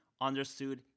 understood